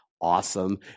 awesome